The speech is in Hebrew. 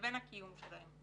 לבין הקיום שלהן.